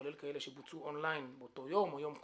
כולל כאלה שבוצעו און-ליין באותו יום או יום קודם.